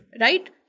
Right